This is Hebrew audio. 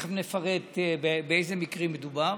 תכף נפרט באיזה מקרים מדובר,